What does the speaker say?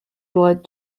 blood